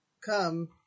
come